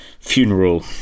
funeral